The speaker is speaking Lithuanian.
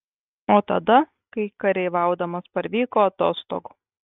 o tada kai kareiviaudamas parvyko atostogų